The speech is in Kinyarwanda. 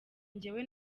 njyewe